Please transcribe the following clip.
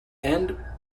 and